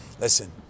listen